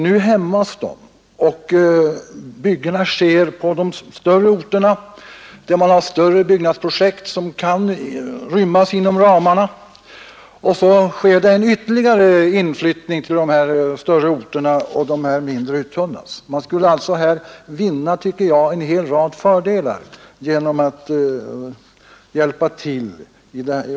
Nu hämmas denna; byggena sker i de större orterna, där man har större byggnadsprojekt som kan rymmas inom ramarna, och så blir det ökad inflyttning till större orter och de mindre uttunnas. Man skulle alltså vinna en hel rad fördelar genom att hjälpa till.